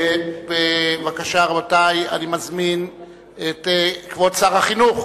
בבקשה, רבותי, אני מזמין את כבוד שר החינוך